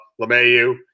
lemayu